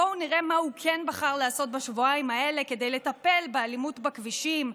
בואו נראה מה הוא כן בחר לעשות בשבועיים האלה כדי לטפל באלימות בכבישים,